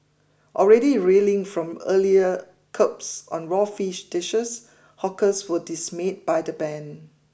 already reeling from earlier curbs on raw fish dishes hawkers were dismayed by the ban